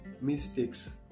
mistakes